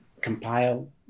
Compile